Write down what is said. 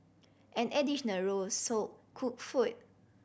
an additional row sold cooked food